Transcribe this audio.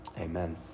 Amen